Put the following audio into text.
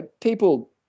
people